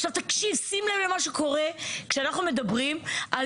עכשיו תקשיב שים לב למה שקורה כשאנחנו מדברים על